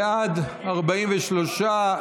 בעד, 43,